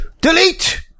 delete